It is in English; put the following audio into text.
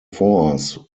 force